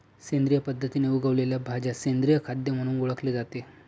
सेंद्रिय पद्धतीने उगवलेल्या भाज्या सेंद्रिय खाद्य म्हणून ओळखले जाते